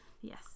Yes